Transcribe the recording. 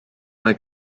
mae